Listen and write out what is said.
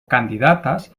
candidates